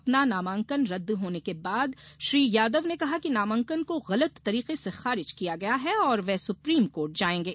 अपना नामांकन रदद होने के बाद श्री यादव ने कहा कि नामांकन को गलत तरीके से खारिज किया गया है और वे सुप्रीम कोर्ट जाएंगे